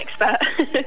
expert